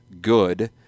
good